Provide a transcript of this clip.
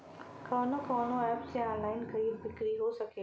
कवन कवन एप से ऑनलाइन खरीद बिक्री हो सकेला?